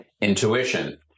intuition